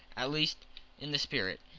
at least in the spirit.